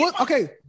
Okay